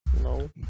No